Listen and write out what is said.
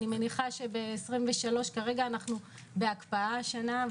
כרגע אנחנו בהקפאה השנה,